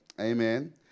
Amen